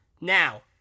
Now